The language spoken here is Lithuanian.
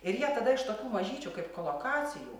ir jie tada iš tokių mažyčių kaip kolokacijų